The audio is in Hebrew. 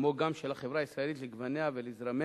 כמו גם של החברה הישראלית לגווניה ולזרמיה,